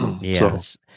yes